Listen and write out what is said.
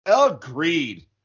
Agreed